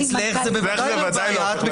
אצלך זאת בוודאי לא בעיה,